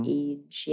age